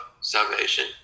salvation